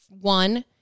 one